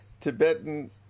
Tibetan